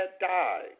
died